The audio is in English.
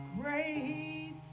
great